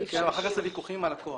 --- כן, אבל אחר כך זה ויכוחים עם הלקוח.